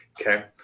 Okay